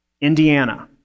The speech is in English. Indiana